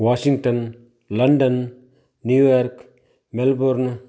Washington London New York Melbourne